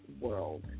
world